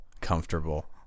comfortable